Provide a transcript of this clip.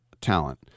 talent